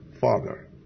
father